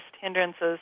hindrances